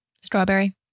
strawberry